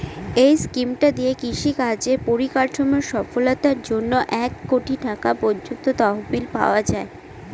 এই স্কিমটা দিয়ে কৃষি কাজের পরিকাঠামোর সফলতার জন্যে এক কোটি টাকা পর্যন্ত তহবিল পাওয়া যায়